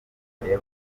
bitewe